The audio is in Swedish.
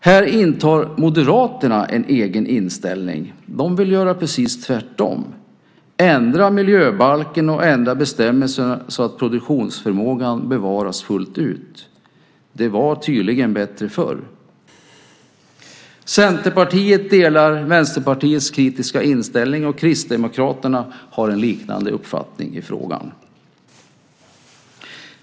Här intar Moderaterna en egen inställning. De vill göra precis tvärtom: ändra miljöbalken och ändra bestämmelserna så att produktionsförmågan bevaras fullt ut. Det var tydligen bättre förr. Centerpartiet delar Vänsterpartiets kritiska inställning, och Kristdemokraterna har en liknande uppfattning i frågan.